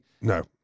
No